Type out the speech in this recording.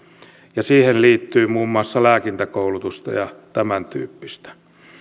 ja siihen liittyy muun muassa lääkintäkoulutusta ja tämäntyyppistä